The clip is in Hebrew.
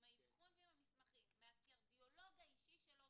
האבחון ועם המסמכים מהקרדיולוג האישי שלו,